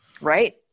Right